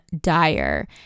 dire